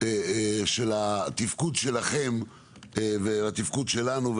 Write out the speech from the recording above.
של התפקוד שלכם ושל התפקוד שלנו.